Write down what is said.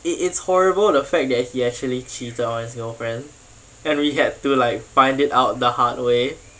it it's horrible the fact that he actually cheated on his girlfriend and we had to like find it out the hard way